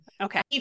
Okay